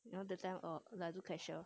you know that time err I do cashier